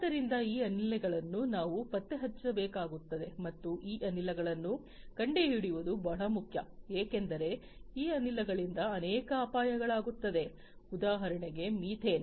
ಆದ್ದರಿಂದ ಈ ಅನಿಲಗಳನ್ನು ನಾವು ಪತ್ತೆಹಚ್ಚಬೇಕಾಗುತ್ತದೆ ಮತ್ತು ಈ ಅನಿಲಗಳನ್ನು ಕಂಡುಹಿಡಿಯುವುದು ಬಹಳ ಮುಖ್ಯ ಏಕೆಂದರೆ ಈ ಅನಿಲಗಳಿಂದ ಅನೇಕ ಅಪಾಯಗಳಾಗುತ್ತದೆ ಉದಾಹರಣೆಗೆ ಮೀಥೇನ್